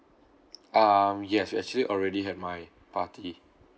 um yes we actually already had my party